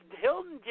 Hilton